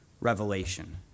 revelation